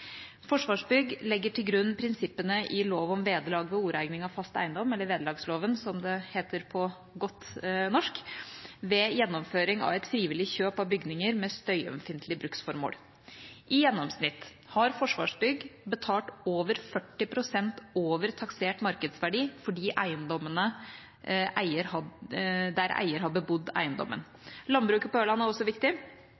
Forsvarsbygg legger til grunn prinsippene i lov om vederlag ved oreigning av fast eiendom, eller vederlagsloven, som den heter på godt norsk, ved gjennomføring av et frivillig kjøp av bygninger med støyømfintlig bruksformål. I gjennomsnitt har Forsvarsbygg betalt over 40 pst. over taksert markedsverdi for de eiendommene der eier har bebodd eiendommen.